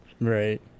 Right